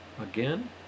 again